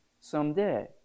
someday